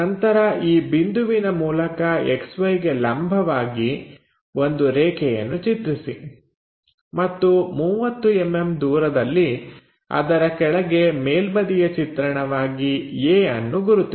ನಂತರ ಈ ಬಿಂದುವಿನ ಮೂಲಕ XY ಗೆ ಲಂಬವಾಗಿ ಒಂದು ರೇಖೆಯನ್ನು ಚಿತ್ರಿಸಿ ಮತ್ತು 30mm ದೂರದಲ್ಲಿ ಅದರ ಕೆಳಗೆ ಮೇಲ್ಬದಿಯ ಚಿತ್ರಣವಾಗಿ a ಅನ್ನು ಗುರುತಿಸಿ